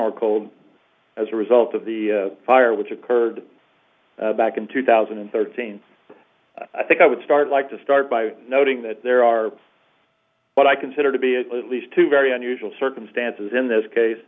our code as a result of the fire which occurred back in two thousand and thirteen i think i would start like to start by noting that there are what i consider to be at least two very unusual circumstances in this case